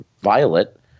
Violet